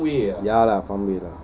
ya lah farmway lah